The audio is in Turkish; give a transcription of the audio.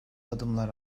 adımlar